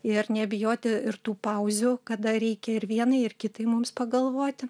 ir nebijoti ir tų pauzių kada reikia ir vienai ir kitai mums pagalvoti